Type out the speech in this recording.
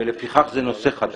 ולפיכך זה נושא חדש.